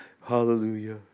hallelujah